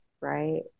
Right